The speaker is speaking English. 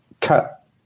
cut